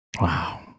Wow